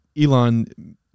Elon